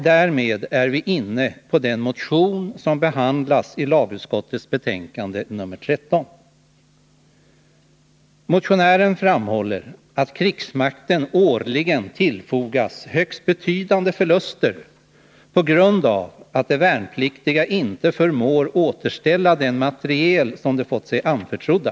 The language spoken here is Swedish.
Därmed är vi inne på den motion som behandlas i lagutskottets betänkande nr 13. Motionären framhåller att krigsmakten årligen tillfogas högst betydande förluster på grund av att de värnpliktiga inte förmår återställa den materiel som de har fått sig anförtrodd.